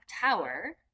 tower